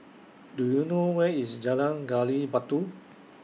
Do YOU know Where IS Jalan Gali Batu